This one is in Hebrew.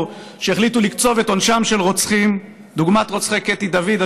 שהחליטו לקצוב את עונשם של רוצחים דוגמת רוצחי קטי דוד,